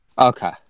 Okay